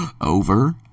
Over